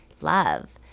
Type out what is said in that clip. love